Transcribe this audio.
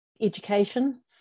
education